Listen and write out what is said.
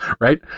right